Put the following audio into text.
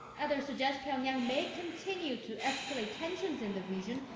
others suggest pyongyang may continue to escalate tensions in the region,